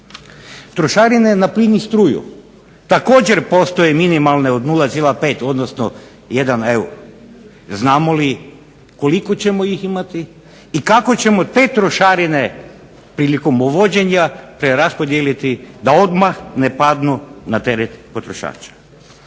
Trošarine na plin i struju također postoje minimalne od 0,5 odnosno 1 eura. Znamo li koliko ćemo ih imati i kako ćemo te trošarine prilikom uvođenja preraspodijeliti da odmah ne padnu na teret potrošača.